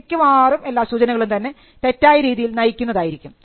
മിക്കവാറും എല്ലാ സൂചനകളും തന്നെ തെറ്റായ രീതിയിൽ നയിക്കുന്നതായിരിക്കും